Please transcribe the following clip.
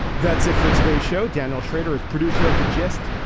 that's it for today's show. daniel schrader is producer of the gist.